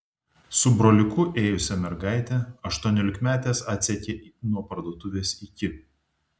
su broliuku ėjusią mergaitę aštuoniolikmetės atsekė nuo parduotuvės iki